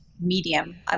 medium